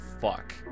fuck